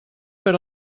per